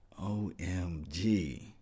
OMG